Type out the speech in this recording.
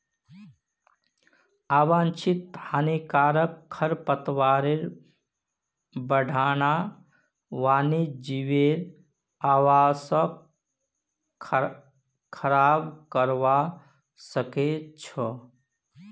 आवांछित हानिकारक खरपतवारेर बढ़ना वन्यजीवेर आवासक खराब करवा सख छ